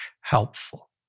helpful